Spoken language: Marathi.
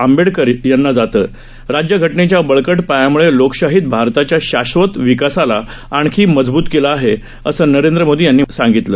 आंबेडकर यांना जातं राज्य घ नेच्या बळक पायामुळे लोकशाहीत भारताच्या शाश्वत विश्वासाला आणखी मजबूत केलं आहे असं नरेंद्र मोदी यांनी सांगितलं